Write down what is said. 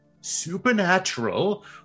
supernatural